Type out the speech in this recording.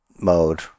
mode